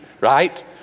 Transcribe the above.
right